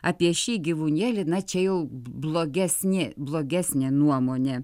apie šį gyvūnėlį na čia jau blogesnė blogesnė nuomonė